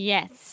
Yes